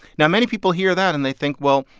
now, many people hear that and they think, well,